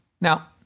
Now